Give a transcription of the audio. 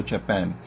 Japan